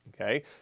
Okay